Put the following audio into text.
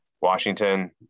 Washington